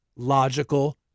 logical